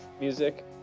music